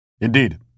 indeed